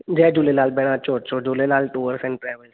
जय झूलेलाल भेण अचो अचो झूलेलाल टूअर्स एंड ट्रेविल्स लाइ